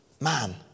Man